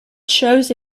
chose